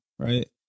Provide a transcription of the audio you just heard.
Right